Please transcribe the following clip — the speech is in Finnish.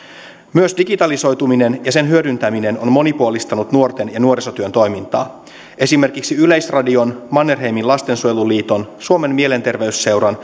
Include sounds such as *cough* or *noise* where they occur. myös digitalisoituminen ja sen hyödyntäminen on monipuolistanut nuorten ja nuorisotyön toimintaa esimerkiksi yleisradion mannerheimin lastensuojeluliiton suomen mielenterveysseuran *unintelligible*